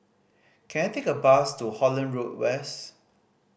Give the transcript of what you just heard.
can I take a bus to Holland Road West